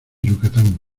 yucatán